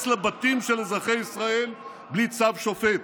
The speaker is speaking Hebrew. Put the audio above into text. לבתים של אזרחי ישראל בלי צו שופט,